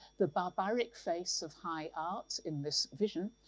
the barbaric face of high art in this vision,